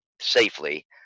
safely